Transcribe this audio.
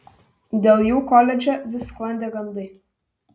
dėl jų koledže vis sklandė gandai